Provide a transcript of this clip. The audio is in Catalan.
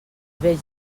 vells